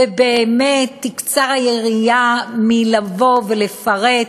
ובאמת תקצר היריעה מלבוא ולפרט